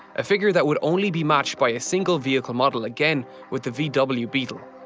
a figure that would only be matched by a single vehicle model again with the vw ah but vw beetle.